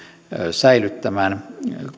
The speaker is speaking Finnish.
säilyttämään